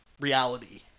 reality